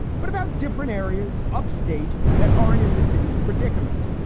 but about different areas upstate that aren't in the city's predicament.